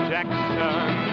Jackson